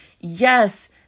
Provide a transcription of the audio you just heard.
Yes